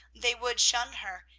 they would shun her,